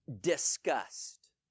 disgust